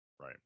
right